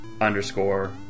underscore